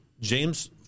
James